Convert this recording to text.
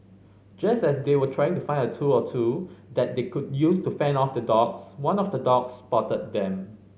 just as they were trying to find a tool or two that they could use to fend off the dogs one of the dogs spotted them